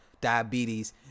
diabetes